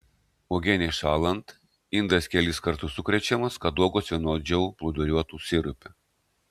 uogienei šąlant indas kelis kartus sukrečiamas kad uogos vienodžiau plūduriuotų sirupe